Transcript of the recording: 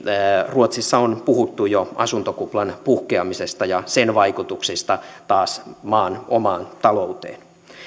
ruotsissa on puhuttu jo asuntokuplan puhkeamisesta ja sen vaikutuksista taas maan omaan talouteen